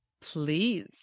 Please